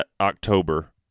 October